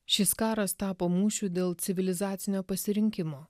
šis karas tapo mūšių dėl civilizacinio pasirinkimo